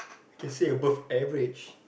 you can say above average